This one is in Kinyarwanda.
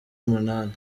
umunani